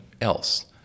else